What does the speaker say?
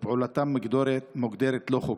ופעולתם מוגדרת לא חוקית.